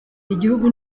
igihugu